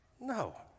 no